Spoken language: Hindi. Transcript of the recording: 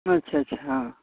अच्छ अच्छा